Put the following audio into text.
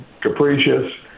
capricious